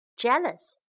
jealous